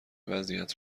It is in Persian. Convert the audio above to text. وضعیت